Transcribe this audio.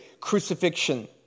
crucifixion